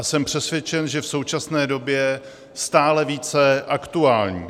Jsem přesvědčen, že v současné době stále více aktuální.